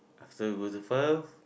after go to Perth